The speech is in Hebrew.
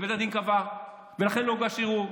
ובית הדין קבע, ולכן לא הוגש ערעור.